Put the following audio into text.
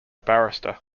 barrister